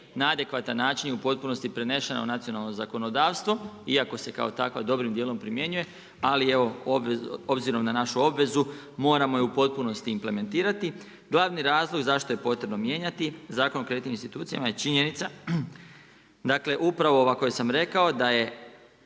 na adekvatan način i u potpunosti prenešena u nacionalno zakonodavstvo, iako se kao takva dobrim dijelom primjenjuje. Ali evo obzirom na našu obvezu moramo je u potpunosti implementirati. Glavni razlog zašto je potrebno mijenjati Zakon o kreditnim institucijama je činjenica, dakle upravo ova koja sam rekao da je